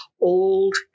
old